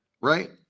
right